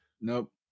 Nope